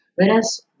whereas